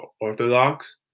orthodox